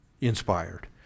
inspired